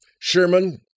Sherman